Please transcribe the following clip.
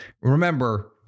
Remember